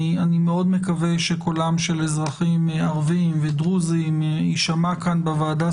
אני מקווה שקולם של אזרחים ערבים ודרוזים יישמע סביב שולחן הוועדה